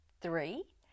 three